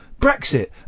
Brexit